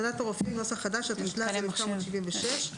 נוסח חדש, התשל"ז-1976.